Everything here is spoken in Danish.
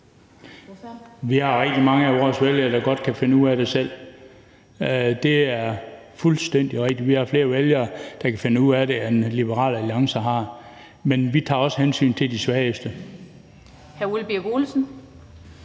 Der er rigtig mange af vores vælgere, der godt kan finde ud af det selv – det er fuldstændig rigtigt. Vi har flere vælgere, der kan finde ud af det, end Liberal Alliance har. Men vi tager også hensyn til de svageste. Kl. 18:04 Den